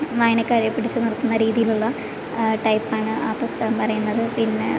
വായനക്കാരെ പിടിച്ചു നിർത്തുന്ന രീതിയിലുള്ള ടൈപ്പാണ് ആ പുസ്തകം പറയുന്നത് പിന്നെ